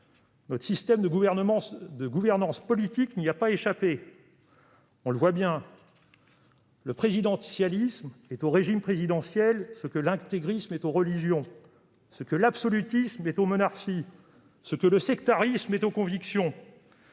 Notre système de gouvernance politique n'y a pas échappé. On le voit bien, le présidentialisme est au régime présidentiel ce que l'intégrisme est aux religions, ce que l'absolutisme est aux monarchies, ce que le sectarisme est aux convictions.